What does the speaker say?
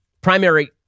primary